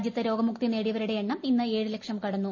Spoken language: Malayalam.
രാജ്യത്ത് രോഗമുക്തി നേടിയവരുടെ എണ്ണം ഈന്ന് ഏഴ് ലക്ഷം കടന്നു